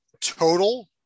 total